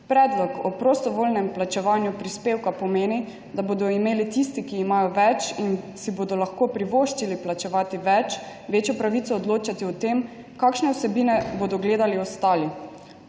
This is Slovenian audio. Predlog o prostovoljnem plačevanju prispevka pomeni, da bodo imeli tisti, ki imajo več, in si bodo lahko privoščili plačevati več, večjo pravico odločatio tem, kakšne vsebine bodo gledali ostali.